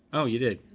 oh, you did,